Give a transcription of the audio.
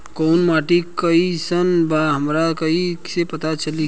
कोउन माटी कई सन बा हमरा कई से पता चली?